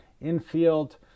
in-field